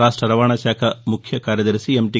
రాష్ట రవాణా శాఖ ముఖ్య కార్యదర్శి ఎంటి